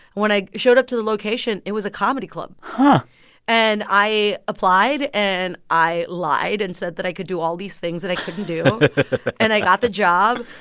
when i showed up to the location, it was a comedy club. but and i applied. and i lied and said that i could do all these things that i couldn't do and i got the job.